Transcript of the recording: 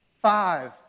Five